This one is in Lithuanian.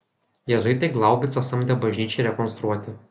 jėzuitai glaubicą samdė bažnyčiai rekonstruoti